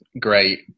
great